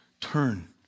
turn